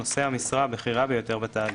נושא המשרה הבכירה ביותר בתאגיד,